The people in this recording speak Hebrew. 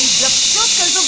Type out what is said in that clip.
בהתגבשות כזו,